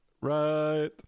right